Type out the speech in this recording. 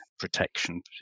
protection